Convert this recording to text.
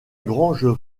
grange